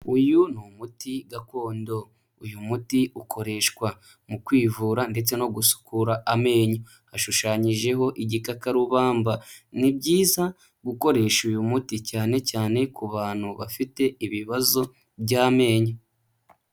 Uyu ni umuti gakondo. Uyu muti ukoreshwa mu kwivura ndetse no gusukura amenyo. Hashushanyijeho igikakarubamba. Ni byiza gukoresha uyu muti cyane cyane ku bantu bafite ibibazo by'amenyo.